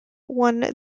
won